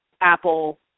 Apple